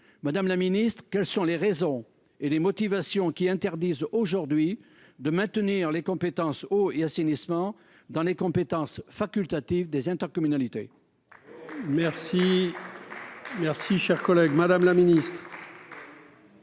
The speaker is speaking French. Madame la secrétaire d'État, quelles sont les raisons et les motivations qui interdisent aujourd'hui de maintenir les compétences eau et assainissement dans les compétences facultatives des intercommunalités ?